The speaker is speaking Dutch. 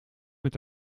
met